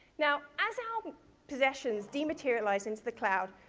now as our possessions dematerialize into the cloud,